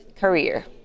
career